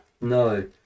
No